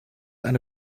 eine